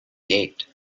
gate